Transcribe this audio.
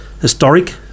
historic